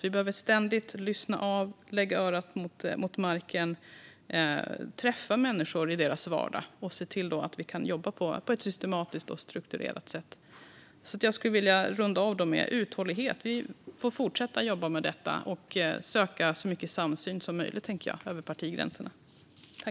Vi behöver alltså ständigt lyssna av, lägga örat mot marken, träffa människor i deras vardag och se till att jobba på ett systematiskt och strukturerat sätt. Jag vill runda av med att säga att det behövs uthållighet. Vi får fortsätta jobba med detta och söka så mycket samsyn som möjligt över partigränserna.